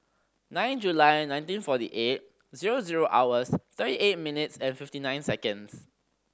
nine July nineteen forty eight zero zero hours thirty eight minutes and fifty nine seconds